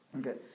Okay